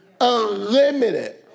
unlimited